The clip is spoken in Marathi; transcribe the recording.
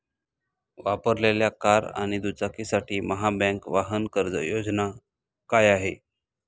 वापरलेल्या कार आणि दुचाकीसाठी महाबँक वाहन कर्ज योजना काय आहे?